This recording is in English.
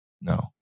no